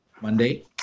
Monday